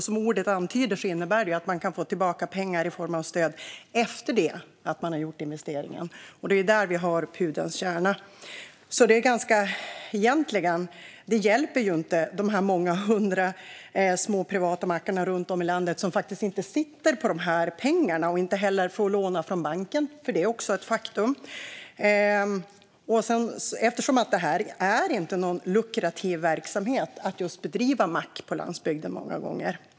Som ordet antyder innebär det att man kan få tillbaka pengar i form av stöd efter det att man har gjort investeringen. Det är där vi har pudelns kärna. Det hjälper egentligen inte de här många hundra små privata mackarna runt om i landet, som inte sitter på de här pengarna. De får inte heller låna från banken; det är också ett faktum. Det är många gånger inte någon lukrativ verksamhet att bedriva mack på landsbygden.